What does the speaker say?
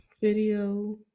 video